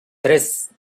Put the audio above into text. tres